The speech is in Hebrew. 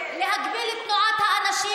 להגביל את תנועת האנשים,